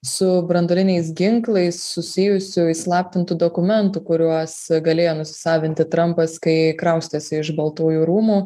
su branduoliniais ginklais susijusių įslaptintų dokumentų kuriuos galėjo nusisavinti trampas kai kraustėsi iš baltųjų rūmų